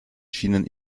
schienen